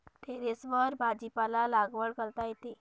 टेरेसवर भाजीपाला लागवड करता येते